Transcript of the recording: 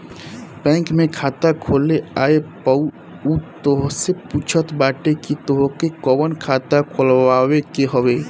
bank में खाता खोले आए पअ उ तोहसे पूछत बाटे की तोहके कवन खाता खोलवावे के हवे